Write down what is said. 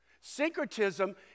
Syncretism